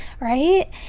right